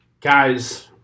guys